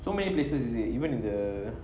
so many places is it even in the